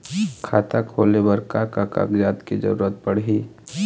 खाता खोले बर का का कागजात के जरूरत पड़ही?